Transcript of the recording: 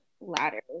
latter